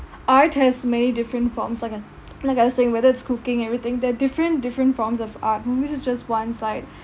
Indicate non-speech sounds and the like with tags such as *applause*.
art has many different forms like uh *noise* like I was saying whether it's cooking everything they're different different forms of art movies is just one side *breath*